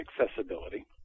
accessibility